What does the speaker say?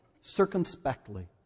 circumspectly